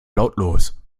lautlos